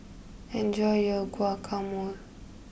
enjoy your Guacamole